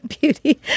beauty